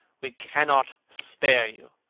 we cannot spare you.